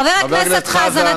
חבר הכנסת חזן,